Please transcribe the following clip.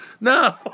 No